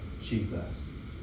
Jesus